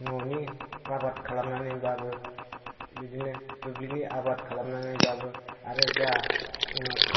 न'नि आबाद खालामनानैबाबो बिदिनो दुब्लिनि आबाद खालामनानैबाबो आरो जा